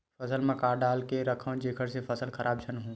फसल म का डाल के रखव जेखर से फसल खराब झन हो?